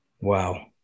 Wow